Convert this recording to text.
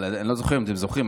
אבל אני לא יודע אם אתם זוכרים,